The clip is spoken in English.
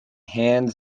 hans